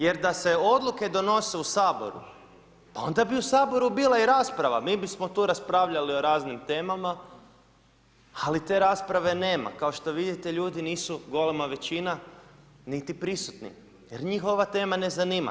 Jer da se odluke donose u Saboru, pa onda bi u Saboru bila i rasprava, mi bismo tu raspravljali o raznim temama, ali te rasprave nema, kao što vidite, ljudi nisu golema većina, niti prisutni, jer njih ova tema ne zanima.